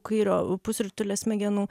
kairio pusrutulio smegenų